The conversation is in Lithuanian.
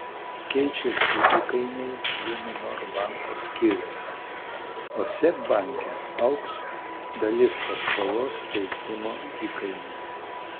keičiasi įkainiai luminor banko skyriuose o seb banke augs dalis paskolos teikimo įkainių